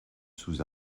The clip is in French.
sous